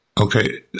Okay